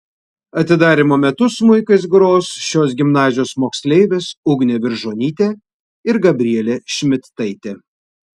atidarymo metu smuikais gros šios gimnazijos moksleivės ugnė viržonytė ir gabrielė šmidtaitė